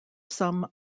some